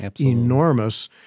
enormous